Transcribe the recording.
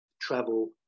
travel